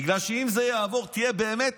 בגלל שאם זה יעבור תהיה באמת